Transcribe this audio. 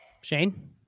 Shane